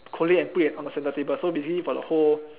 collate and put it on the centre table so basically for the whole